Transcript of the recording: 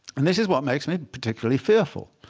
and this is what makes me particularly fearful.